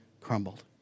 crumbled